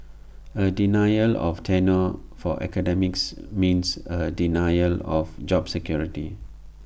A denial of tenure for academics means A denial of job security